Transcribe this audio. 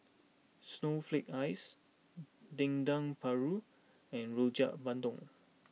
Snowflake Ice Dendeng Paru and Rojak Bandung